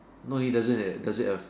not even does it eh does it af~